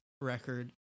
record